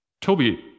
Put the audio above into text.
Toby